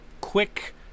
quick